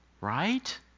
right